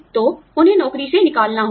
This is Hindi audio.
तो उन्हें नौकरी से निकालना होगा